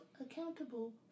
accountable